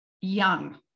young